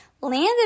landed